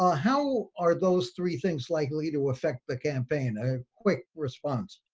ah how are those three things likely to affect the campaign? ah quick response